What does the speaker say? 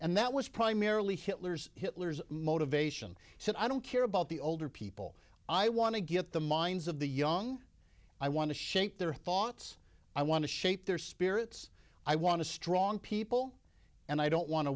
and that was primarily hitler's hitler's motivation said i don't care about the older people i want to get the minds of the young i want to shape their thoughts i want to shape their spirits i want to strong people and i don't want